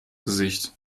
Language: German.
gesicht